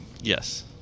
Yes